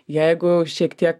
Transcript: jeigu šiek tiek